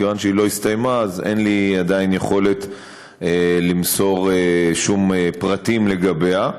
מכיוון שהיא לא הסתיימה אז אין לי עדיין יכולת למסור שום פרטים לגביה.